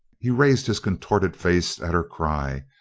he raised his contorted face at her cry,